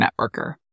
networker